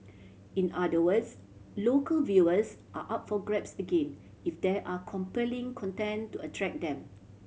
in other words local viewers are up for grabs again if there are compelling content to attract them